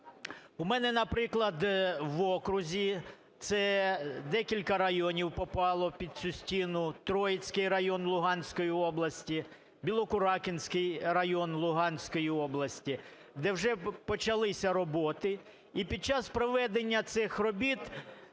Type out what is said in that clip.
В мене, наприклад, в окрузі це декілька районів попало під цю стіну: Троїцький район Луганської області, Білокуракинський район Луганської області, де вже почалися роботи. І під час проведення цих робіт